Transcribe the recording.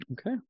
okay